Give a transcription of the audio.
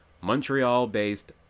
Montreal-based